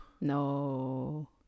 No